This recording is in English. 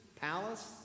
palace